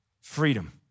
Freedom